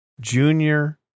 Junior